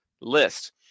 list